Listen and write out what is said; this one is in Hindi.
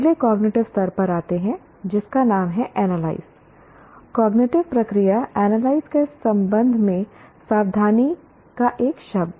अगले कॉग्निटिव स्तर पर आते है जिसका नाम है एनालाइज कॉग्निटिव प्रक्रिया एनालाइज के संबंध में सावधानी का एक शब्द